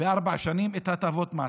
בארבע שנים את הטבות המס.